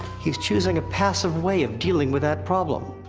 he's choosing a passive way of dealing with that problem.